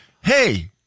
hey